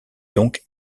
donc